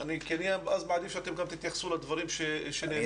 כי אני מעדיף שאתם תתייחסו לדברים שנאמרו.